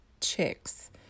chicks